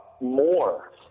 more